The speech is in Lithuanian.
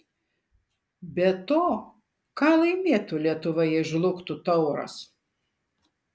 be to ką laimėtų lietuva jei žlugtų tauras